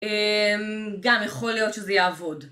גם יכול להיות שזה יעבוד.